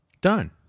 Done